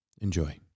Enjoy